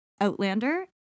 Outlander